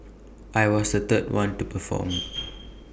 I was the third one to perform